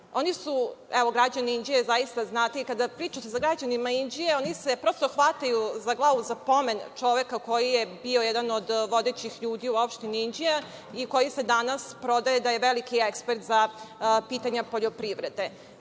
građane Inđije zaista znate i kad pričate za građane Inđije, oni se prosto hvataju za glavu na pomen čoveka koji je bio jedan od vodećih ljudi u Opštini Inđija i koji se danas prodaje da je veliki ekspert za pitanja poljoprivrede.